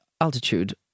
altitude